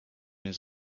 his